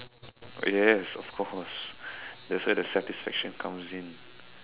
yes of course that's where the satisfaction comes in